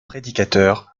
prédicateur